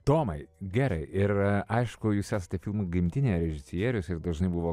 tomai gerai ir aišku jūs esate filmo gimtinė režisierius ir dažnai buvo